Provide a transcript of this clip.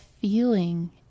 feeling